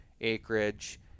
acreage